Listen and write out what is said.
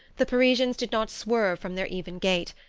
the parisians did not swerve from their even gait.